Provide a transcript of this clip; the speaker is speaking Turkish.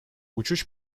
uçuş